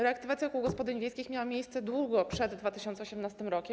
Reaktywacja kół gospodyń wiejskich miała miejsce długo przed 2018 r.